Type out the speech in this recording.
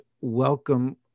Welcome